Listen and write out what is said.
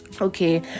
okay